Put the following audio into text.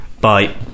Bye